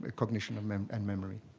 ah cognition um and and memory.